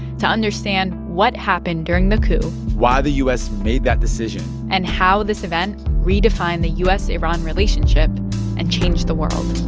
to understand what happened during the coup why the u s. made that decision and how this event redefined the u s iran relationship and changed the world